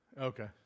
Okay